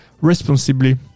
responsibly